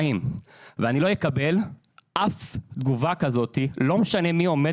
אני לא אקבל אף תגובה כזו לא משנה מי עומד